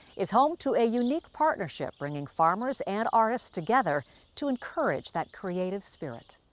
is home to a unique partnership, bringing farmers and artists together to encourage that creative spirit.